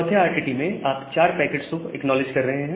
चौथे RTT में आप 4 पैकेट्स को एक्नॉलेज कर रहे हैं